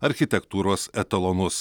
architektūros etalonus